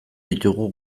ditugu